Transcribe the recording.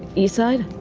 east side,